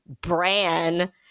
bran